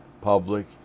Public